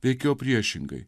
veikiau priešingai